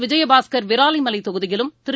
விஜயபாஸ்கர் விராலிமலை தொகுதியிலும் திரு